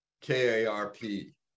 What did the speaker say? K-A-R-P